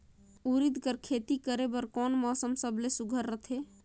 उरीद कर खेती करे बर कोन मौसम सबले सुघ्घर रहथे?